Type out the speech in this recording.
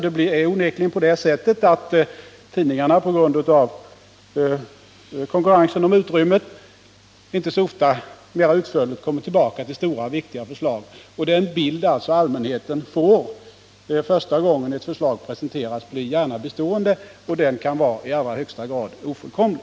Det är onekligen så att tidningarna på grund av konkurrensen om utrymmet inte så ofta mera utförligt kommer tillbaka till stora och viktiga förslag. Den bild som allmänheten får första gången ett förslag presenteras blir ofta bestående, och den kan i allra högsta grad vara ofullkomlig.